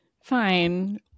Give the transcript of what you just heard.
Fine